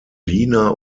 lina